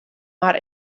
mar